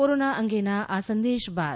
corona અંગેના આ સંદેશ બાદ